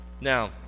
Now